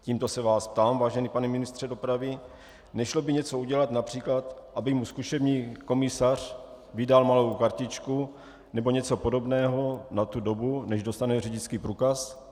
Tímto se vás ptám, vážený pane ministře dopravy: nešlo by něco udělat například, aby mu zkušební komisař vydal malou kartičku nebo něco podobného na dobu, než dostane řidičský průkaz?